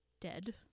dead